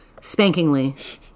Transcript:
Spankingly